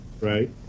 Right